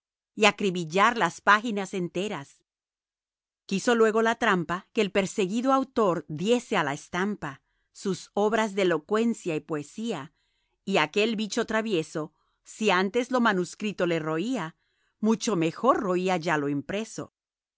y acribillar las páginas enteras quiso luego la trampa que el perseguido autor diese a la estampa sus obras de elocuencia y poesía y aquel bicho travieso si antes lo manuscrito le roía mucho mejor roía ya lo impreso